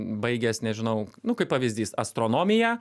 baigęs nežinau nu kaip pavyzdys astronomiją